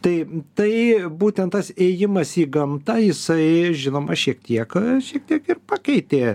tai tai būtent tas ėjimas į gamtą jisai žinoma šiek tiek šiek tiek ir pakeitė